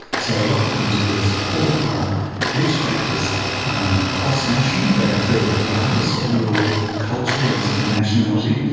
so what we can do is pull apart which factors are cross national, they occur regardless of your culture and and nationality,